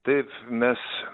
taip mes